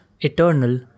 Eternal